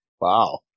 Wow